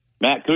Matt